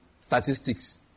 statistics